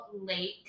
lake